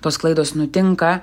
tos klaidos nutinka